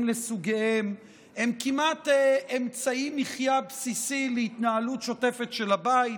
לסוגיהם הם כמעט אמצעי מחיה בסיסי להתנהלות שוטפת של הבית.